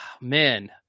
man